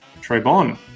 Trebon